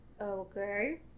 Okay